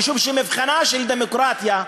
משום שמבחנה של דמוקרטיה,